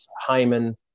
Hyman